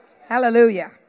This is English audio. Hallelujah